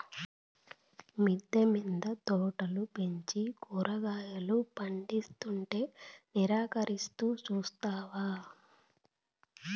మిద్దె మింద తోటలు పెంచి కూరగాయలు పందిస్తుంటే నిరాకరిస్తూ చూస్తావా